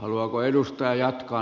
haluaako edustaja jatkaa